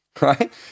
Right